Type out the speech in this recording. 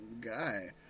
guy